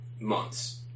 months